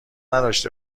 نداشته